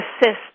assist